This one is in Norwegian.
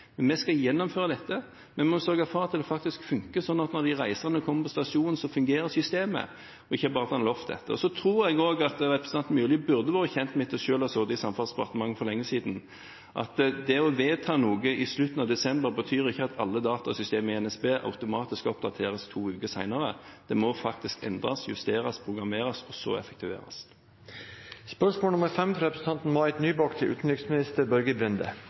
Vi skal gjennomføre dette, men vi må sørge for at det faktisk fungerer slik at når de reisende kommer på stasjonen, så fungerer systemet – ikke bare at man har lovt det. Jeg tror også at representanten Myrli, etter selv å ha sittet i Samferdselsdepartementet for lenge siden, burde være kjent med at det å vedta noe i slutten av desember ikke betyr at alle datasystemer i NSB automatisk oppdateres to uker senere. Det må faktisk endres, justeres, programmeres og så effektueres. Jeg tillater meg å stille følgende spørsmål til utenriksminister Børge Brende: